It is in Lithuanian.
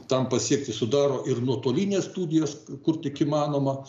tam pasiekti sudaro ir nuotolinės studijos kur tik įmanoma